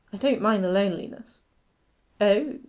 i don't mind the loneliness o,